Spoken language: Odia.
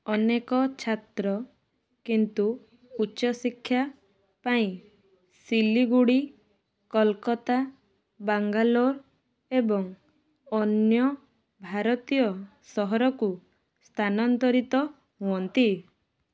ଅନେକ ଛାତ୍ର କିନ୍ତୁ ଉଚ୍ଚ ଶିକ୍ଷା ପାଇଁ ସିଲିଗୁଡ଼ି କୋଲକାତା ବାଙ୍ଗାଲୋର ଏବଂ ଅନ୍ୟ ଭାରତୀୟ ସହରକୁ ସ୍ଥାନାନ୍ତରିତ ହୁଅନ୍ତି